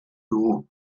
dugu